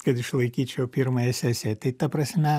kad išlaikyčiau pirmąją sesiją tai ta prasme